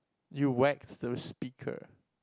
you whack the speaker